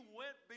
went